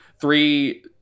three